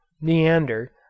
Neander